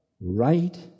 right